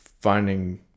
finding